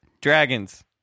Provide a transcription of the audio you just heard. Dragons